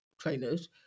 trainers